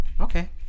Okay